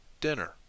dinner